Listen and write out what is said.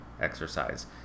exercise